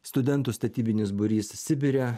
studentų statybinis būrys sibire